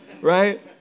Right